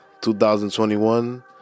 2021